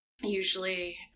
usually